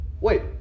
Wait